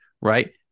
right